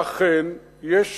אכן, יש